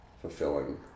fulfilling